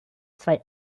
zwei